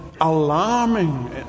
Alarming